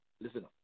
Listen